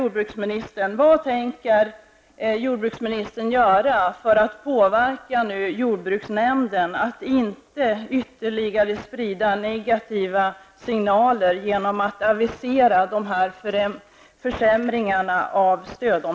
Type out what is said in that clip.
Det kan ingen med den bästa vilja i världen tolka som positiva signaler. Det är precis tvärtom.